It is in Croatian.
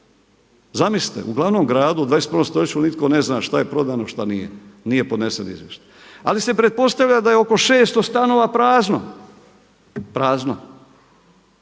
Zamislite, u glavnom gradu u 21. stoljeću nitko ne zna šta je prodano a što nije, nije podnesen izvještaj. Ali se pretpostavlja da je oko 600 stanova prazno, prazno.